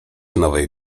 nowej